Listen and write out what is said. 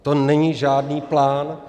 To není žádný plán.